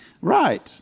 Right